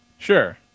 Sure